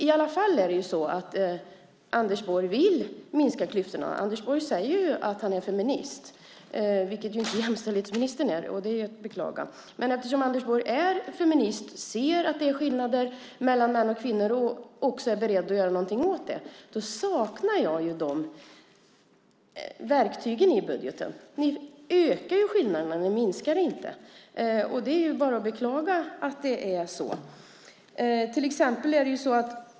I alla fall vill Anders Borg minska klyftorna. Anders Borg säger att han är feminist, vilket inte jämställdhetsministern är - det är att beklaga. Eftersom Anders Borg är feminist och ser att det är skillnader mellan män och kvinnor och också är beredd att göra något åt det saknar jag de verktygen i budgeten. Ni ökar skillnaderna. Ni minskar dem inte. Det är bara att beklaga att det är så.